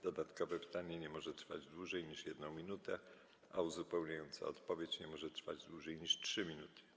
Dodatkowe pytanie nie może trwać dłużej niż 1 minutę, a uzupełniająca odpowiedź nie może trwać dłużej niż 3 minuty.